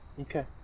Okay